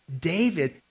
David